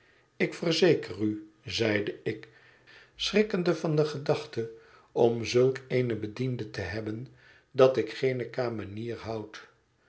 ik verzeker u zeide ik schrikkende van de gedachte om zulk eene bediende tê hebben dat ik geene kamenier houd